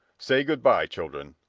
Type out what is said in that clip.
say good-by, children,